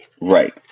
Right